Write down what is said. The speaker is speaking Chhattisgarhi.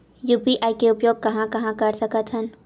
यू.पी.आई के उपयोग कहां कहा कर सकत हन?